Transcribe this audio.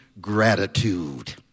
gratitude